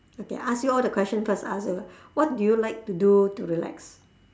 okay I ask you all the questions first I ask you the que~ what do you like to do to relax